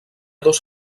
dos